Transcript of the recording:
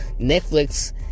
Netflix